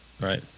Right